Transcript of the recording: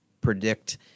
predict